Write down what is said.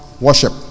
Worship